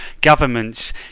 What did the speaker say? governments